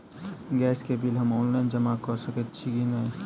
Gas केँ bill हम online जमा कऽ सकैत छी की नै?